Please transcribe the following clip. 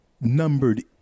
numbered